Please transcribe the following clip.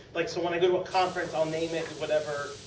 like so when i go to a conference i will name it whatever,